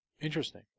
Interesting